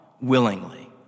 willingly